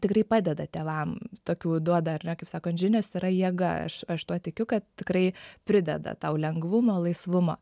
tikrai padeda tėvam tokių duoda ar ne kaip sako žinios yra jėga aš aš tuo tikiu kad tikrai prideda tau lengvumą laisvumą